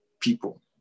people